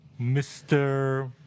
Mr